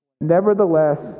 Nevertheless